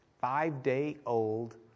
five-day-old